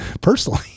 personally